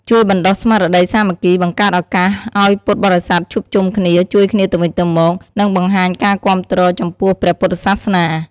ជួយបណ្ដុះស្មារតីសាមគ្គី បង្កើតឱកាសឱ្យពុទ្ធបរិស័ទជួបជុំគ្នា ជួយគ្នាទៅវិញទៅមក និងបង្ហាញការគាំទ្រចំពោះព្រះពុទ្ធសាសនា។